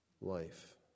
life